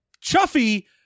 Chuffy